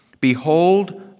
behold